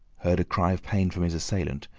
heard a cry of pain from his assailant,